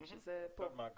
שזה פה.